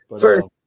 First